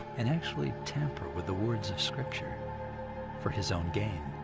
and actually tamper with the words of scripture for his own gain?